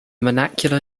vernacular